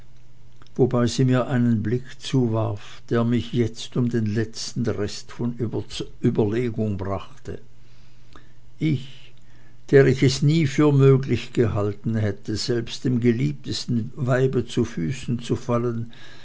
wobei sie mir einen blick zuwarf der mich jetzt um den letzten rest von überlegung brachte ich der ich es nie für möglich gehalten hätte selbst dem geliebtesten weibe zu füßen zu fallen